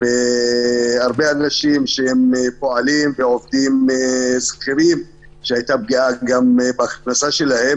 והרבה אנשים שפועלים ועובדים שכירים שהייתה פגיעה גם בהכנסה שלהם,